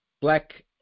black